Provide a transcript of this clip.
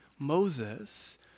Moses